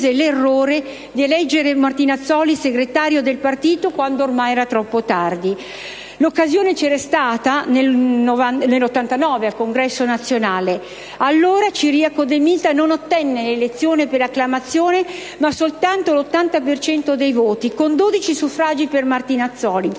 l'errore di eleggere Mino Martinazzoli segretario del partito, quando ormai era troppo tardi. L'occasione c'era stata nel 1989 al Congresso Nazionale: allora Ciriaco De Mita non ottenne l'elezione per acclamazione, ma "soltanto" l'80 per cento dei voti, con 12 suffragi per Martinazzoli,